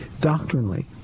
doctrinally